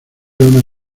una